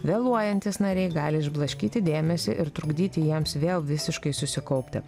vėluojantys nariai gali išblaškyti dėmesį ir trukdyti jiems vėl visiškai susikaupti